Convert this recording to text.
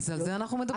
אז על זה אנחנו מדברים.